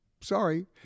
Sorry